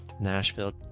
Nashville